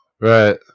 Right